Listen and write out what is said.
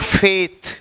faith